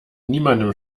niemandem